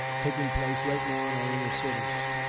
taking place right now in our inner cities.